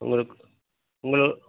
உங்களுக் உங்களை